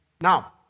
Now